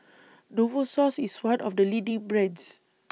Novosource IS one of The leading brands